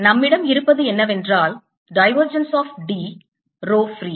எனவே நம்மிடம் இருப்பது என்னவென்றால் divergence of D rho free